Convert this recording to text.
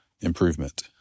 improvement